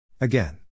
Again